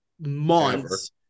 months